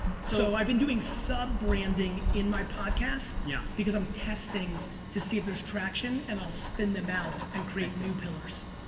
so, i've been doing sub branding in my podcast. yeah. because i'm testing to see if there's traction and i'll spin them out and create new pillars.